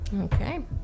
Okay